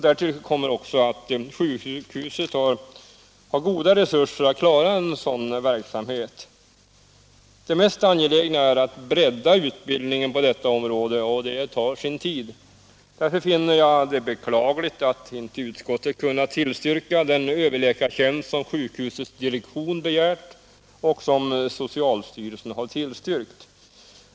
Därtill kommer att sjukhuset har goda resurser att klara en sådan verksamhet. Det mest angelägna är att bredda utbildningen på detta område, och det tar sin tid. Därför finner jag det beklagligt att inte utskottet kunnat tillstyrka den överläkartjänst som sjukhusets direktion begärt och som socialstyrelsen tillstyrkt.